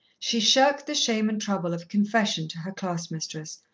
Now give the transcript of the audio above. she shirked the shame and trouble of confession to her class-mistress,